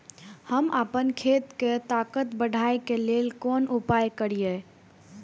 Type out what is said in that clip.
हम आपन खेत के ताकत बढ़ाय के लेल कोन उपाय करिए?